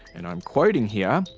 and i'm quoting here,